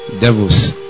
Devils